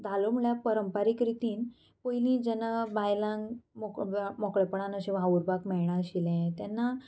धालो म्हळ्यार परंपारीक रितीन पयलीं जेन्ना बायलांक मोक मोकळेपणान अशें वावुरपाक मेळनाशिल्लें तेन्ना